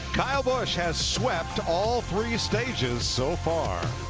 kyle busch has swept all three stages so far.